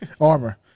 armor